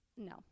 No